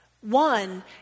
One